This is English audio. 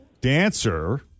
dancer